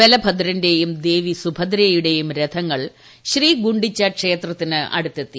ബലഭദ്രന്റെയും ദേവി സുഭദ്രയുടെയും രഥങ്ങൾ ശ്രീഗുണ്ടിച്ച ക്ഷേത്രത്തിന് അടുത്തെത്തി